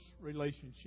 relationship